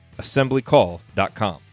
assemblycall.com